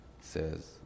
says